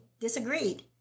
disagreed